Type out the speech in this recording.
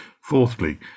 Fourthly